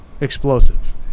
explosive